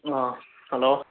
hello